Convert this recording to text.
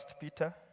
Peter